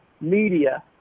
media